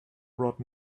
brought